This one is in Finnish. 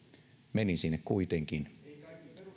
menin sinne kuitenkin